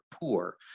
poor